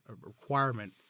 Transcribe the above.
requirement